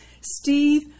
Steve